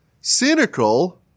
cynical